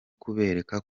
kubereka